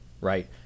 right